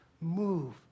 move